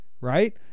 right